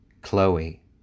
Chloe